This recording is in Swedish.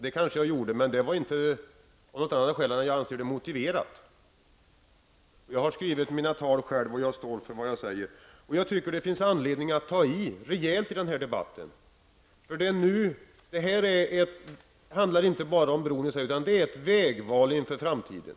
Det gjorde jag kanske, men det var bara därför att jag ansåg det motiverat. Jag har skrivit mina tal själv och står för vad jag säger. Enligt min mening finns det anledning att ta i rejält i den här debatten. Det handlar inte bara om bron, utan om ett vägval med tanke på framtiden.